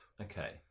Okay